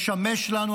ישמש לנו,